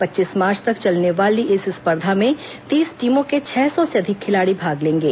पच्चीस मार्च तक चलने वाली इस स्पर्धा में तीस टीमों के छह सौ से अधिक खिलाड़ी भाग लेंगे